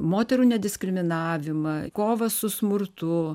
moterų nediskriminavimą kovą su smurtu